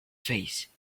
face